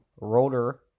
rotor